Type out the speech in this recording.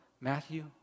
Matthew